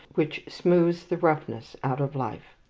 which smooths the roughness out of life.